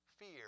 Fear